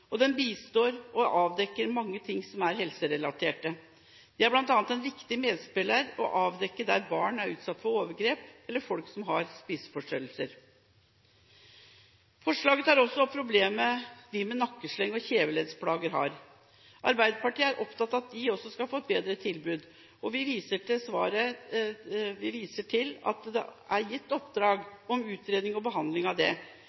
og den bistår og avdekker mange ting som er helserelatert. Den er bl.a. en viktig medspiller i å avdekke barn som er utsatt for overgrep, eller folk som har spiseforstyrrelser. Forslaget tar også opp problemet de med nakkesleng og kjeveleddsplager har. Arbeiderpartiet er opptatt av at de også skal få et bedre tilbud. Vi viser til at det er gitt oppdrag om utredning og behandling av dette, som faglige veiledere for behandlingsforløp. Det